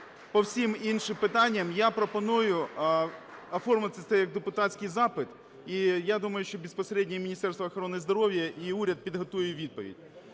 По всім інших питанням я пропоную оформити це як депутатський запит, і я думаю, що безпосередньо Міністерство охорони здоров'я і уряд підготує відповідь.